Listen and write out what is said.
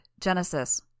Genesis